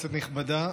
כנסת נכבדה,